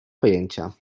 pojęcia